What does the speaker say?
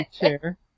chair